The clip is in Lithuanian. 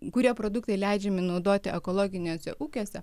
kurie produktai leidžiami naudoti ekologiniuose ūkiuose